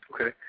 Okay